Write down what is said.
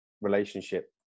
relationship